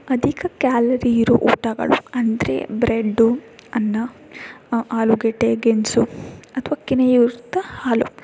ಅಧಿಕ ಕ್ಯಾಲರಿ ಇರೋ ಊಟಗಳು ಅಂದರೆ ಬ್ರೆಡ್ಡು ಅನ್ನ ಆಲೂಗಡ್ಡೆ ಗೆಣಸು ಅಥವಾ ಕೆನೆಯುಕ್ತ ಹಾಲು